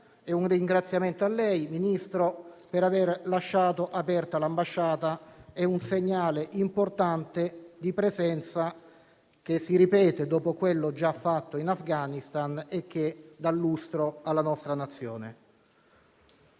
un ringraziamento a lei, Ministro, per aver lasciato aperta l'ambasciata: è un segnale importante di presenza, che si ripete dopo quello già dato in Afghanistan e che dà lustro alla nostra Nazione.